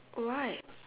why